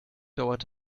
dauert